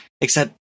except-